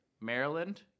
Maryland